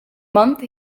month